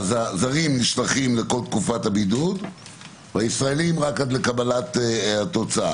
יוצא שהזרים נשלחים לכל תקופת הבידוד והישראלים רק עד לקבלת התוצאה.